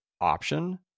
option